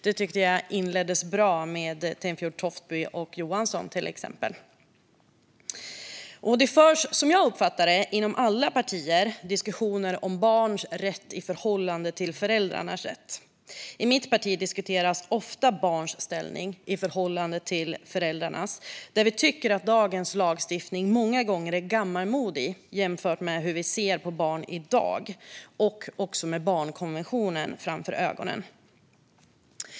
Det framgick bra när till exempel Tenfjord Toftby och Johansson höll sina anföranden. Som jag uppfattat det förs inom alla partier diskussioner om barns rätt i förhållande till föräldrarnas rätt. I mitt parti diskuteras ofta barns ställning i förhållande till föräldrarnas. Vi tycker att dagens lagstiftning många gånger är gammalmodig jämfört med hur vi ser på barn i dag och med barnkonventionen framför ögonen.